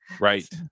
Right